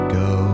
go